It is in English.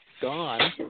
gone